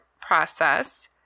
process